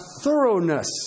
thoroughness